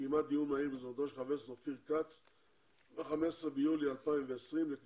קיימה ב-15 ביולי 2020 דיון מהיר ביוזמתו של חבר הכנסת